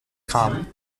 com